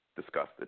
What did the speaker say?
disgusted